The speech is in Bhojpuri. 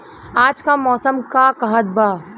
आज क मौसम का कहत बा?